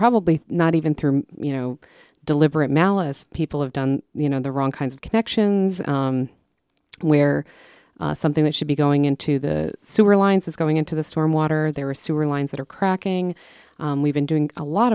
probably not even through you know deliberate malice people have done you know the wrong kinds of connections where something that should be going into the sewer lines is going into the storm water there are sewer lines that are cracking and we've been doing a lot